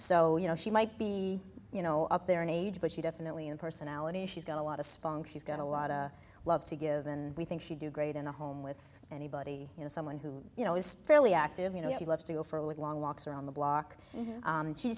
so you know she might be you know up there in age but she definitely in personality she's got a lot of spunk she's got a lotta love to give and we think she'd do great in a home with anybody you know someone who you know is fairly active you know he loves to go for a long walks around the block